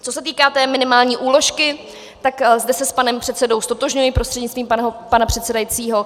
Co se týká té minimální úložky, tak zde se s panem předsedou ztotožňuji prostřednictvím pana předsedajícího.